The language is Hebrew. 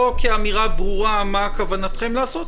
לא כאמירה ברורה מה בכוונתם לעשות,